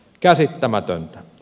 käsittämätöntä